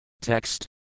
Text